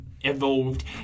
evolved